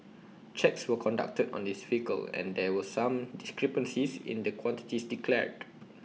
checks were conducted on his vehicle and there were some discrepancies in the quantities declared